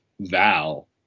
Val